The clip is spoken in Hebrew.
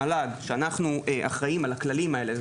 אנחנו אחראים על הכללים האלה,